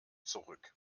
zurück